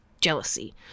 jealousy